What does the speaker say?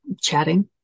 chatting